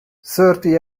thirty